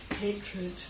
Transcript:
hatred